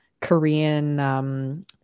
Korean